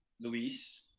Luis